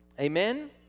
Amen